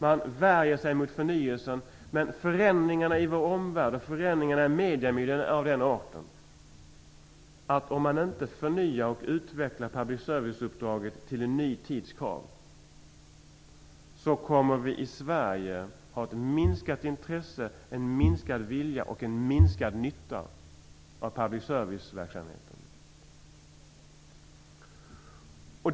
Man värjer sig mot förnyelsen. Men förändringarna i vår omvärld och förändringarna i mediemiljön är av den arten att om man inte förnyar och utvecklar public service-uppdraget till en ny tids krav, kommer vi i Sverige att ha ett minskat intresse, en minskad vilja och en minskad nytta av public service-verksamheten.